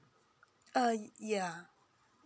uh yeah